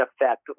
effect